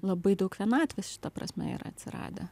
labai daug vienatvės šita prasme yra atsiradę